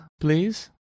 please